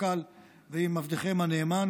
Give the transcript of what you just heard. המפכ"ל ועבדכם הנאמן,